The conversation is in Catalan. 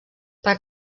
per